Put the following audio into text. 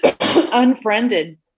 unfriended